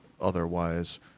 otherwise